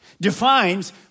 defines